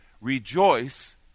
Rejoice